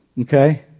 Okay